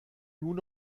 nun